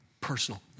personal